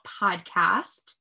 podcast